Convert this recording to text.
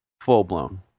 Full-blown